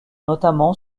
notamment